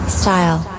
style